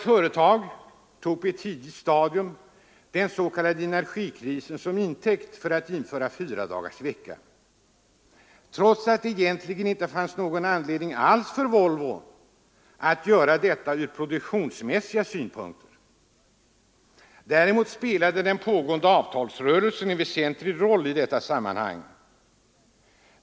Företaget tog på ett tidigt stadium den s.k. energikrisen till intäkt för att införa fyradagarsvecka, trots att det egentligen inte fanns någon anledning alls för Volvo att göra detta från produktionsmässiga synpunkter. Däremot spelade den pågående avtalsrörelsen en väsentlig roll i detta sammanhang.